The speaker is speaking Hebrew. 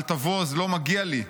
אל תבוז, לא מגיע לי.